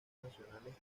nacionales